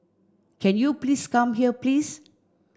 can you please come here please